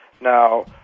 Now